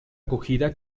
acogida